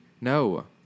No